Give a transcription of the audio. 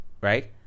Right